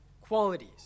qualities